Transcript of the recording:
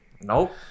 Nope